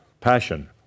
Passion